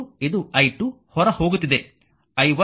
ಮತ್ತು ಇದು i2 ಹೊರ ಹೋಗುತ್ತಿದೆ i1 ಸಹ ಹೊರ ಹೋಗುತ್ತಿದೆ